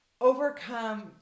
overcome